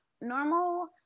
normal